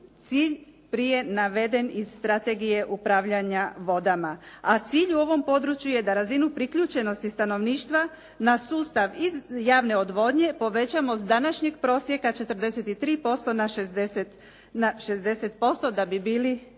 cilj prije naveden iz Strategije upravljanja vodama. A cilj u ovom području je da razinu priključenosti stanovništva na sustav iz javne odvodnje povećamo s današnjeg prosjeka 43% na 60% da bi bili